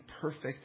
perfect